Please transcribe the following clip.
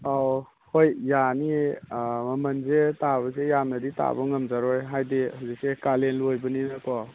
ꯑꯧ ꯍꯣꯏ ꯌꯥꯅꯤ ꯃꯃꯟꯁꯦ ꯇꯥꯕꯁꯦ ꯌꯥꯝꯅꯗꯤ ꯇꯥꯕ ꯉꯝꯖꯔꯣꯏ ꯍꯥꯏꯗꯤ ꯍꯧꯖꯤꯛꯁꯦ ꯀꯥꯂꯦꯟ ꯑꯣꯏꯕꯅꯤꯅꯀꯣ